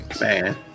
Man